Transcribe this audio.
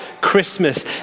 Christmas